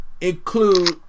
include